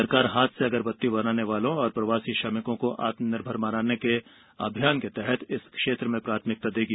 सरकार हाथ से अगरबत्ती बनाने वालों और प्रवासी श्रमिकों को आत्मनिर्भर भारत अभियान के तहत इस क्षेत्र में प्राथमिकता देगी